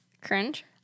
Cringe